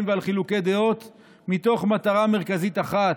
ועל חילוקי דעות מתוך מטרה מרכזית אחת,